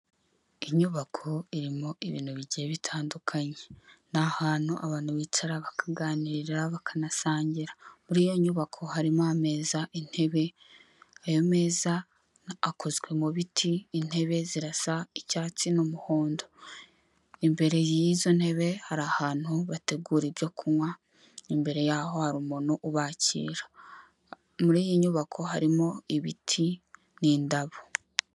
Inyubako irimo ibintu bigiye bitandukanye, ni ahantu abantu bicara bakaganirira, bakanasangira, muri iyo nyubako harimo ameza, intebe, ayo meza akozwe mu biti, intebe zirasa icyatsi n'umuhondo, imbere y'izo ntebe hari ahantu bategura ibyo kunywa, imbere yaho hari umuntu ubakira, muri iyi nyubako harimo ibiti n'indabo.